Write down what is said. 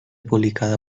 publicada